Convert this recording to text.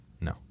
No